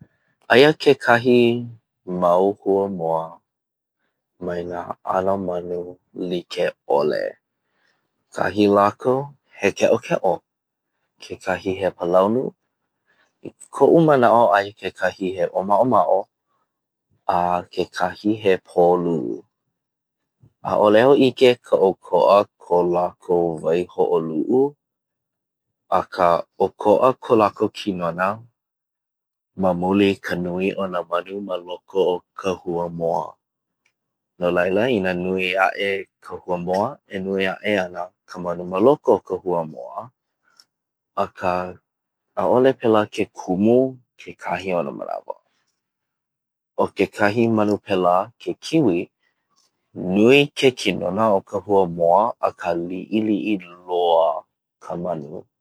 Aia kekahi mau huamoa mai nā ʻano manu like ʻole. Kekahi lākou he keʻokeʻo, kekahi he palaunu, i koʻu manaʻo aia kekahi he ʻōmaʻomaʻo, a kekahi he polū. ʻAʻole au ʻike ka ʻōkoʻa ko lākou waihoʻoluʻu akā ʻōkoʻa kō lākou kinona mamuli ka nui o ka manu ma loko o ka hua moa. No laila i nā nui aʻe ka huamoa, e nui aʻe ana ka manu maloko o ka hua moa akā ʻaʻole pēlā ke kumu kekahi o na manawa. ʻO kekahi manu pēlā ke Kiwi, nui ke kinona o ka hua moa akā liʻiliʻi loa ka manu.